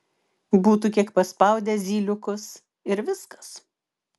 būtų kiek paspaudę zyliukus ir viskas